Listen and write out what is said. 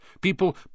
People